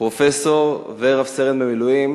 פרופסור ורב-סרן במילואים,